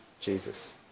Jesus